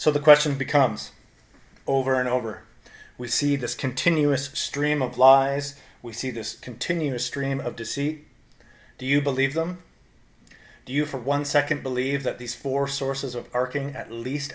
so the question becomes over and over we see this continuous stream of lies we see this continuous stream of deceit do you believe them do you for one second believe that these four sources of parking at least